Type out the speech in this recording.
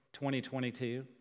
2022